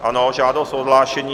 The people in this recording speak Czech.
Ano, žádost o odhlášení.